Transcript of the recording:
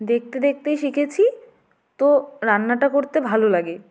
দেখতে দেখতেই শিখেছি তো রান্নাটা করতে ভালো লাগে